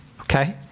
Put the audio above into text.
Okay